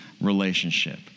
relationship